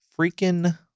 freaking